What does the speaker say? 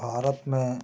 भारत में